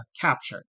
captured